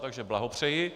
Takže blahopřeji.